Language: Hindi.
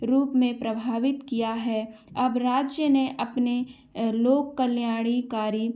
रूप में प्रभावित किया है अब राज्य ने अपने लोक कल्याणकारी